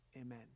amen